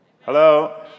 hello